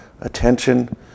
attention